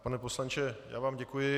Pane poslanče, já vám děkuji.